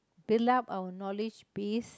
build up our knowledge base